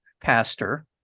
pastor